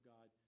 God